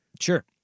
Sure